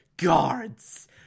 Guards